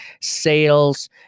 sales